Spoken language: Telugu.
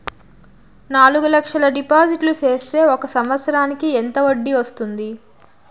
నాలుగు లక్షల డిపాజిట్లు సేస్తే ఒక సంవత్సరానికి ఎంత వడ్డీ వస్తుంది?